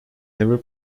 never